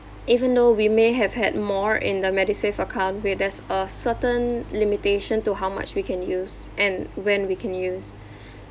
even though we may have had more in the medisave account we there's a certain limitation to how much we can use and when we can use